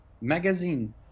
magazine